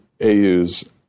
AU's